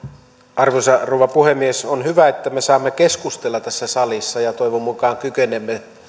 arvoisa rouva puhemies on hyvä että me saamme keskustella tässä salissa ja toivon mukaan kykenemme